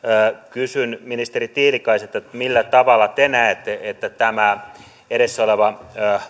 kysyn ministeri tiilikaiselta millä tavalla te näette että tämä edessä oleva